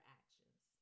actions